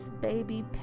baby